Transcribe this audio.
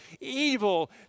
evil